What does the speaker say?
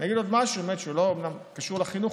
אני אגיד עוד משהו שקשור לחינוך,